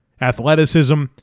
athleticism